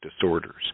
disorders